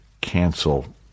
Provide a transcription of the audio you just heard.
cancel